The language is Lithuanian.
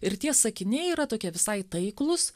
ir tie sakiniai yra tokie visai taiklūs